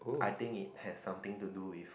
I think it has something to do with